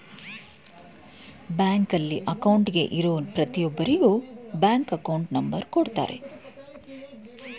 ಬ್ಯಾಂಕಲ್ಲಿ ಅಕೌಂಟ್ಗೆ ಇರೋ ಪ್ರತಿಯೊಬ್ಬರಿಗೂ ಬ್ಯಾಂಕ್ ಅಕೌಂಟ್ ನಂಬರ್ ಕೊಡುತ್ತಾರೆ